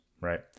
right